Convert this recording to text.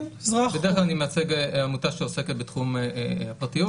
בדרך כלל אני מייצג עמותה שעוסקת בתחום הפרטיות.